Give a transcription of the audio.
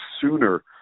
sooner